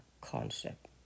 concept